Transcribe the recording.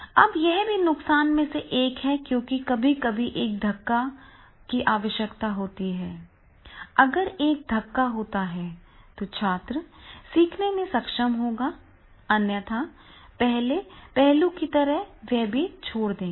अब यह भी नुकसान में से एक है क्योंकि कभी कभी एक धक्का की आवश्यकता होती है अगर एक धक्का होता है तो छात्र सीखने में सक्षम होगा अन्यथा पहले पहलू की तरह वे यहां भी छोड़ देंगे